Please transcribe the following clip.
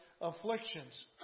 afflictions